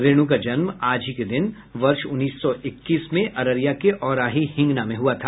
रेणु का जन्म आज ही के दिन वर्ष उन्नीस सौ इक्कीस में अररिया के औराही हिंगना में हुआ था